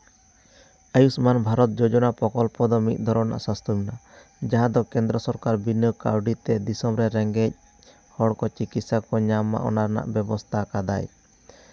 ᱟᱭᱩᱥᱢᱟᱱ ᱵᱷᱟᱨᱚᱛ ᱡᱳᱡᱚᱱᱟ ᱯᱨᱚᱠᱚᱞᱯᱚ ᱫᱚ ᱢᱤᱫ ᱫᱷᱚᱨᱚᱱᱟᱜ ᱥᱟᱥᱛᱷᱚ ᱨᱮᱱᱟᱜ ᱡᱟᱦᱟᱸ ᱫᱚ ᱠᱮᱱᱫᱨᱚ ᱥᱚᱨᱠᱟᱨ ᱵᱤᱱᱟᱹ ᱠᱟᱹᱣᱰᱤᱛᱮ ᱫᱤᱥᱚᱢ ᱨᱮ ᱨᱮᱸᱜᱮᱡ ᱦᱚᱲᱠᱚ ᱪᱤᱠᱤᱛᱥᱟ ᱠᱚ ᱧᱟᱢ ᱢᱟ ᱚᱱᱟ ᱨᱮᱱᱟᱜ ᱵᱮᱵᱚᱥᱛᱷᱟ ᱠᱟᱫᱟᱭ